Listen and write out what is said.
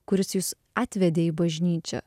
kuris jus atvedė į bažnyčią